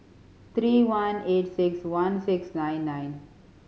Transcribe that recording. three one eight six one six nine nine